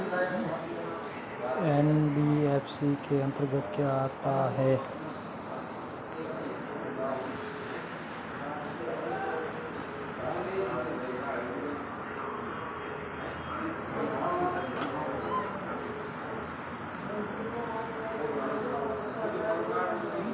NBFC के अंतर्गत क्या आता है?